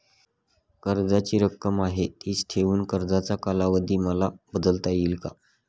कर्जाची रक्कम आहे तिच ठेवून कर्जाचा कालावधी मला बदलता येईल का?